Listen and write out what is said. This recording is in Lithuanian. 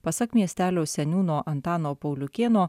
pasak miestelio seniūno antano pauliukėno